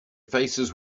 faces